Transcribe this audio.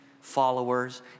followers